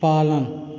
पालन